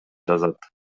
жазат